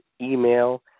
email